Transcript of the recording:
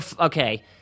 Okay